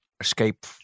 Escape